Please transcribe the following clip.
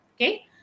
Okay